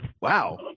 Wow